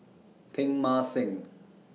Teng Mah Seng